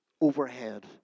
overhead